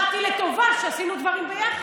מה עכשיו, יש לך, אמרתי לטובה, שעשינו דברים ביחד.